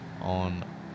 on